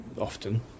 often